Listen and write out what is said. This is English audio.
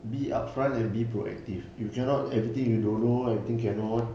be upfront and be proactive you cannot everything you don't know I think cannot